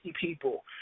people